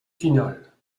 finale